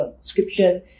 description